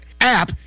app